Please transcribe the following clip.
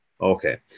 Okay